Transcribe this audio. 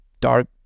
dark